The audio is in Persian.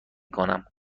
کنم